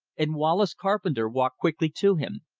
and wallace carpenter walked quickly to him.